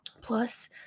plus